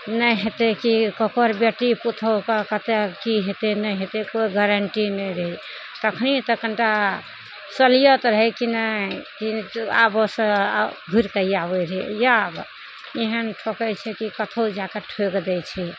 नहि हेतै कि ककर बेटी पुतौह कऽ कतऽ की हेतै नहि हेतै कोइ गारंटी नहि रहै तखनी तऽ कनिटा सलियत रहै कि नहि की आबऽ सऽ घुरि कऽ आबै रहै या आब एहन ठोकै छै कि कतौ जाके ठोकि दै छै